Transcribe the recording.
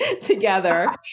together